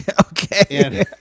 Okay